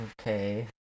Okay